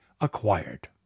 acquired